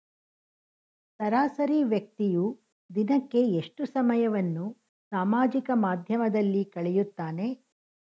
ಸರಾಸರಿ ವ್ಯಕ್ತಿಯು ದಿನಕ್ಕೆ ಎಷ್ಟು ಸಮಯವನ್ನು ಸಾಮಾಜಿಕ ಮಾಧ್ಯಮದಲ್ಲಿ ಕಳೆಯುತ್ತಾನೆ?